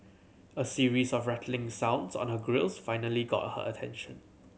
a series of rattling sounds on her grilles finally got her attention